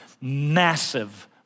massive